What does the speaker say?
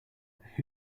who